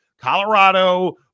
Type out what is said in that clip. Colorado